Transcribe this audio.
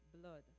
blood